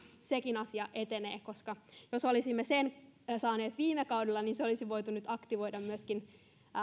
sekin asia etenee koska jos olisimme sen saaneet viime kaudella niin se olisi myöskin voitu nyt aktivoida